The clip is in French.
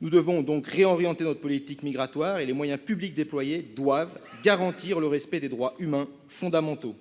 Nous devons donc réorienter notre politique migratoire et les moyens publics déployés doivent garantir le respect des droits humains fondamentaux.